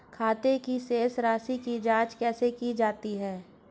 खाते की शेष राशी की जांच कैसे की जाती है?